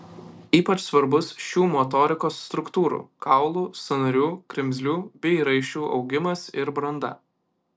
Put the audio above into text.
ypač svarbus šių motorikos struktūrų kaulų sąnarių kremzlių bei raiščių augimas ir branda